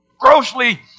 grossly